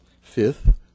Fifth